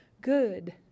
good